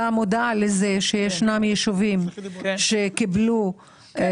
האם אתה מודע לזה שישנם ישובים שקיבלו --?